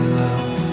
love